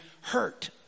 hurt